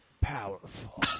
Powerful